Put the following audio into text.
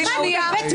שנייה.